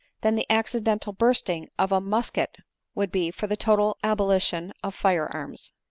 than the accidental bursting of a musket would be for the total abolition of fire-arms.